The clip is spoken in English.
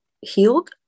healed